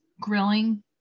grilling